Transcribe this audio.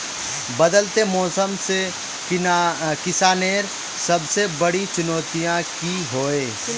बदलते मौसम से किसानेर सबसे बड़ी चुनौती की होय?